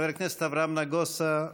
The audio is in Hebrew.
חבר הכנסת אברהם נגוסה,